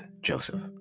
Joseph